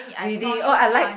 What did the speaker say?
reading oh I likes